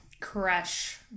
crush